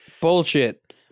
Bullshit